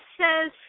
says